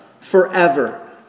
forever